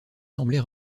semblait